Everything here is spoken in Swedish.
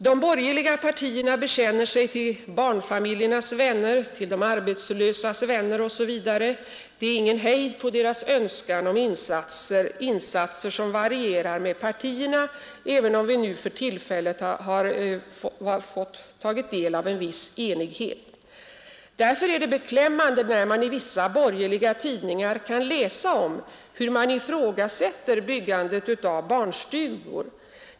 De borgerliga partierna bekänner sig som barnfamiljernas vänner, de arbetslösas vänner osv. Det är ingen hejd på deras önskan om insatser, insatser som varierar med partierna, även om vi för tillfället har fått ta del av en viss enighet. Därför är det beklämmande när vi i vissa borgerliga tidningar kan läsa om hur man ifrågasätter byggandet av barnstugor.